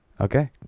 Okay